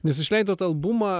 nes išleidot albumą